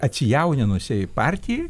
atsijauninusiai partijai